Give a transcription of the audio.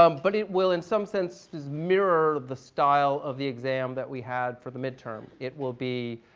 um but it will in some sense mirror the style of the exam that we had for the midterm. it will be